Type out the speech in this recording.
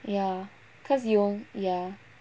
ya cause you ya